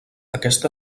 aquesta